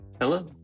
Hello